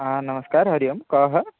आ नमस्कारः हरिः ओं कः